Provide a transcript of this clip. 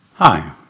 Hi